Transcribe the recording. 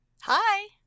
hi